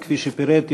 8,